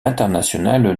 international